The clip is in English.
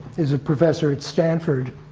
is a professor at stanford,